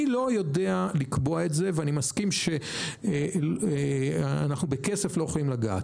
אני לא יודע לקבוע את זה ואני מסכים שאנחנו בכסף לא יכולים לגעת,